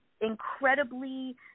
incredibly